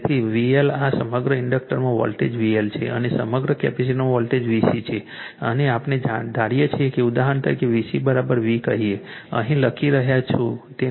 તેથી VL આ સમગ્ર ઇન્ડક્ટરમાં વોલ્ટેજ VL છે અને સમગ્ર કેપેસિટરમાં વોલ્ટેજ VC છે અને આપણે ધારીએ છીએ કે ઉદાહરણ તરીકે VC V કહીએ અહીં કંઈક લખી રહ્યો છું તેને VC V કહો